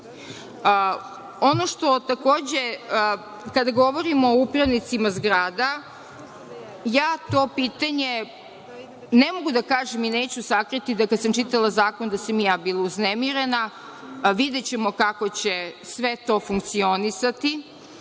koji nemaju. Kada govorimo o upravnicima zgrada, to pitanje ne mogu da kažem i neću sakriti, da kada sam čitala zakon da sam i ja bila uznemirena. Videćemo kako će sve to funkcionisati,